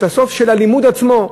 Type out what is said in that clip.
של הלימוד עצמו,